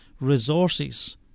resources